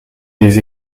des